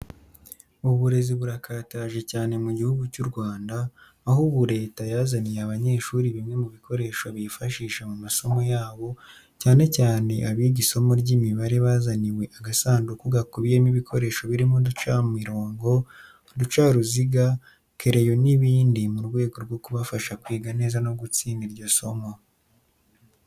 Uburezi burakataje cyane mu Gihugu cy'u Rwanda, aho ubu leta yazaniye abanyeshuri bimwe mu bikoresho bifashisha mu masomo yabo cyane cyane abiga isomo ry'imibare bazaniwe agasanduku gakubiyemo ibikoresho birimo uducamirongo, uducaruziga, kereyo n'ibindi mu rwego rwo kubafasha kwiga neza no gutsinda iryo somo.